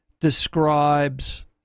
describes